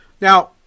Now